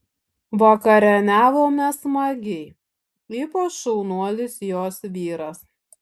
vakarieniavome smagiai ypač šaunuolis jos vyras